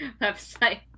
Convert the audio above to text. website